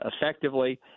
effectively